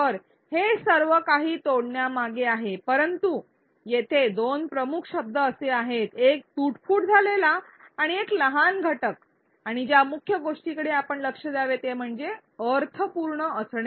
तर हे सर्व काही तोडण्यामागे आहे परंतु येथे 3 प्रमुख शब्द असे आहेत एक तूटफूट झालेला एक लहान घटक आणि ज्या मुख्य गोष्टीकडे आपण लक्ष द्यावे ते म्हणजे अर्थपूर्ण असणे